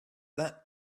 that